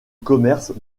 commerces